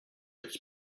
its